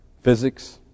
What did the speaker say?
physics